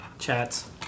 Chats